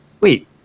wait